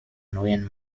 neuen